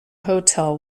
hotel